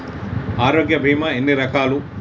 ఆరోగ్య బీమా ఎన్ని రకాలు?